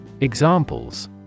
Examples